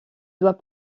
doit